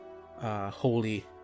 holy